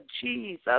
Jesus